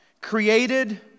created